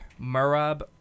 murab